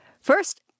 first